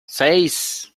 seis